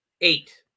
eight